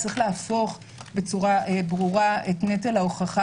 צריך להפוך בצורה ברורה את נטל ההוכחה